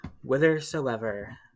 Whithersoever